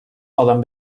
poden